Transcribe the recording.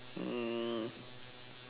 um